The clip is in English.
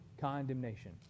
condemnation